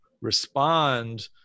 respond